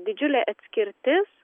didžiulė atskirtis